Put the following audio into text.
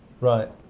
Right